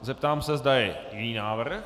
Zeptám se, zda je jiný návrh.